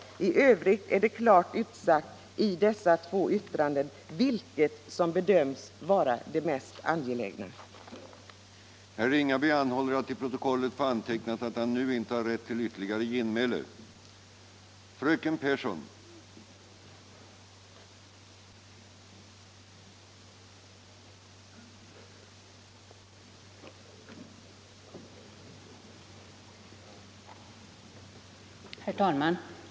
I övrigt är det i dessa två yttranden klart utsagt vilket som bedöms vara den mest angelägna frågan.